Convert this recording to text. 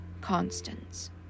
Constance